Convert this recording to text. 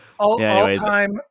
All-time